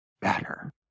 better